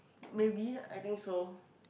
maybe I think so